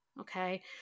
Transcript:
okay